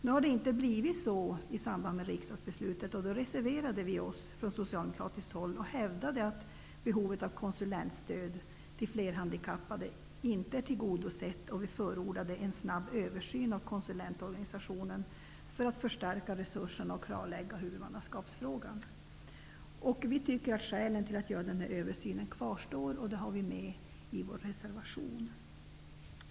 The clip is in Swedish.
Nu har det inte blivit så i samband i med riksdagsbeslutet. Då reserverade vi socialdemokrater oss och hävdade att behovet av konsulentstöd till flerhandikappade inte är tillgodosett, och vi förordade en snabb översyn av konsulentorganisationen för att förstärka resurserna och klarlägga huvudmannaskapsfrågan. Vi tycker att skälen till att göra den här översynen kvarstår. Det har vi med i vår reservation.